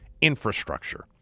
infrastructure